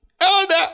Elder